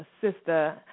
sister